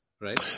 right